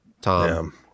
Tom